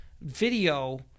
video